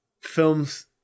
films